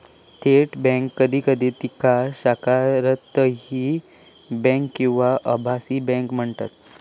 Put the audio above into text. थेट बँक कधी कधी तिका शाखारहित बँक किंवा आभासी बँक म्हणतत